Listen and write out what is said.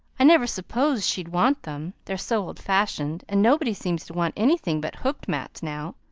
i never supposed she'd want them they're so old-fashioned, and nobody seems to want anything but hooked mats now.